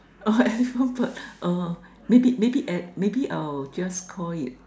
uh elephan~ uh maybe maybe eh maybe I will just call it uh